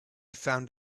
found